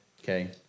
Okay